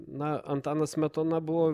na antanas smetona buvo